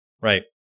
Right